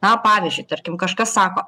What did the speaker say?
na pavyzdžiui tarkim kažkas sako